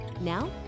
Now